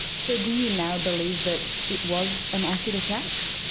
so do you now believe that it was an acid attack?